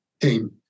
came